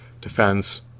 defense